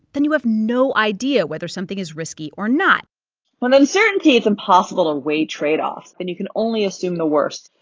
then you have no idea whether something is risky or not with uncertainty, it's impossible to weigh tradeoffs. and you can only assume the worst,